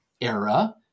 era